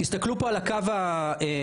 תסתכלו פה, על הקו הכתום,